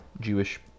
Jewish